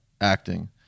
acting